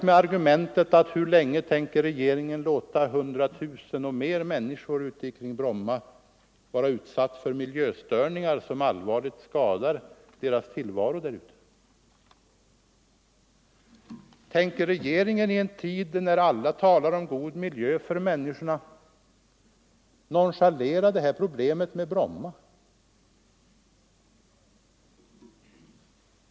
Man frågade: Hur länge tänker regeringen låta över hundratusen människor kring Bromma vara utsatta för miljöstörningar som allvarligt skadar dem i deras tillvaro? Tänker regeringen i en tid när alla talar om god miljö för människorna nonchalera problemet med Bromma?